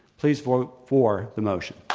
please vote for the motion.